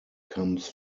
comes